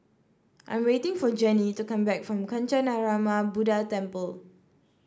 I'm waiting for Jenny to come back from Kancanarama Buddha Temple